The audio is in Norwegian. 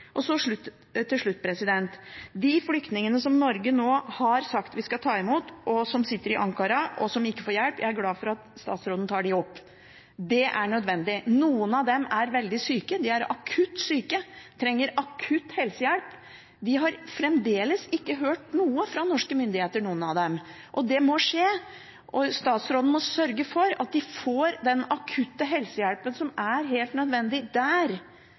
politisk. Så til slutt: Jeg er glad for at statsråden tar opp dette med de flyktningene som sitter i Ankara, som ikke får hjelp, og som Norge nå har sagt vi skal ta imot. Noen av dem er veldig syke. De er akutt syke og trenger akutt helsehjelp. De har fremdeles ikke hørt noe fra norske myndigheter, noen av dem. Det må skje, og statsråden må sørge for at de får den akutte helsehjelpen som er helt nødvendig, der.